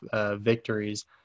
victories